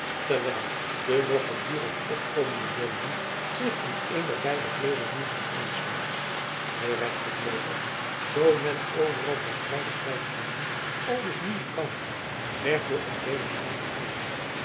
terwijl de nog gedurig opkomende benden zich aan een der beide vleugels moesten aansluiten de rechtervleugel zoo men overal verspreide krijgsbenden aldus noemen kan werd door adeelen aangevoerd